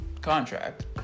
contract